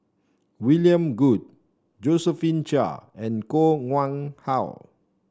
William Goode Josephine Chia and Koh Nguang How